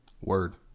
Word